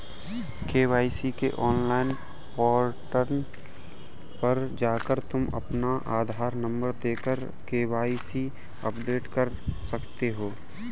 KYC के online portal पर जाकर तुम अपना आधार नंबर देकर के.वाय.सी अपडेट कर सकते हो